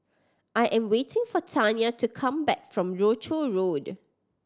I am waiting for Tanya to come back from Rochor Road